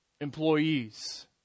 Employees